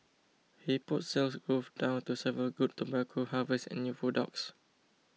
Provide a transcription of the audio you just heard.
he put Sales Growth down to several good tobacco harvests and new products